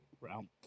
round